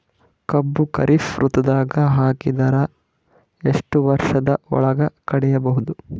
ಕಬ್ಬು ಖರೀಫ್ ಋತುದಾಗ ಹಾಕಿದರ ಎಷ್ಟ ವರ್ಷದ ಒಳಗ ಕಡಿಬಹುದು?